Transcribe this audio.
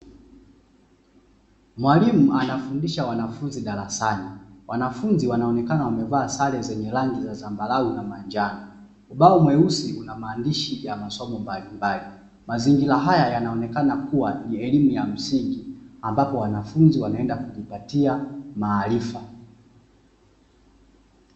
Mwalimu anafundisha wanafunzi darasani. Wanafunzi wanaonekana wamevaa sare zenye rangi ya zambarau na manjano. Ubao mweusi una maandishi ya masomo mbalimbali, mazingira haya yanaonekana kuwa ni ya elimu ya msingi ambapo wanafunzi wanaenda kujipatia maarifa.